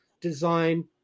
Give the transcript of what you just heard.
design